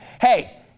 Hey